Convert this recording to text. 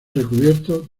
recubiertos